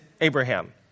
Abraham